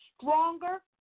stronger